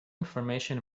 information